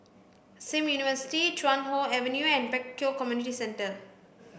Sim University Chuan Hoe Avenue and Pek Kio Community Centre